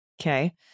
Okay